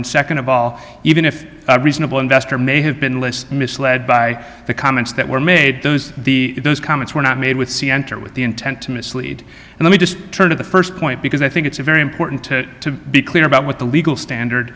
and second of all even if a reasonable investor may have been less misled by the comments that were made those the those comments were not made with c enter with the intent to mislead and we just try to the first point because i think it's a very important to be clear about what the legal standard